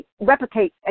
replicate